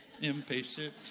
impatient